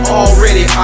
already